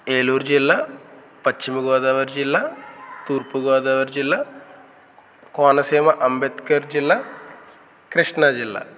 ఏలూరు జిల్లా పశ్చిమగోదావరి జిల్లా తూర్పుగోదావరి జిల్లా కోనసీమ అంబేద్కర్ జిల్లా కృష్ణాజిల్లా